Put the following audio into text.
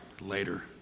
later